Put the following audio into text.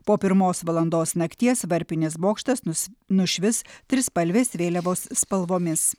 po pirmos valandos nakties varpinės bokštas nus nušvis trispalvės vėliavos spalvomis